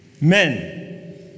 Men